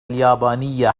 اليابانية